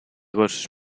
was